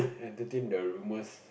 entertain the rumors